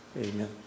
Amen